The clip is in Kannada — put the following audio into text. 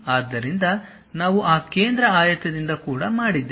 ಆದ್ದರಿಂದ ನಾವು ಆ ಕೇಂದ್ರ ಆಯತದಿಂದ ಕೂಡ ಮಾಡಿದ್ದೇವೆ